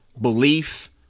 belief